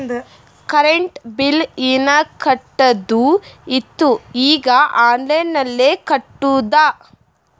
current bill ಹೀನಾ ಕಟ್ಟದು ಇತ್ತು ಈಗ ಆನ್ಲೈನ್ಲೆ ಕಟ್ಟುದ